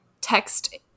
text